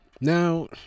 now